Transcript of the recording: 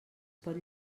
pot